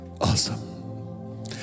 Awesome